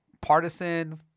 partisan